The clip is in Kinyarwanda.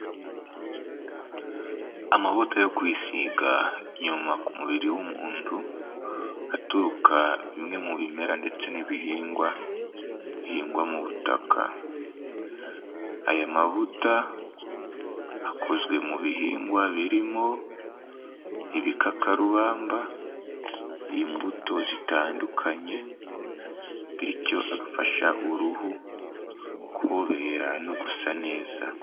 Amavuta yo kwisiga inyuma ku mubiri w'umuntu aturuka bimwe mu bimera ndetse n'ibihingwa bihingwa mu butaka aya mavuta akozwe mu bihingwa birimo ibikakarubamba, imbuto zitandukanye bityo agafasha uruhu kubobera no gusa neza.